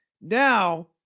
Now